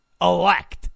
elect